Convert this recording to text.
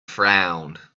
frowned